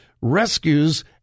rescues